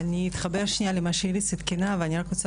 אני אתחבר למה שאיריס עדכנה ואני רוצה